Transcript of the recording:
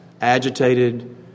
agitated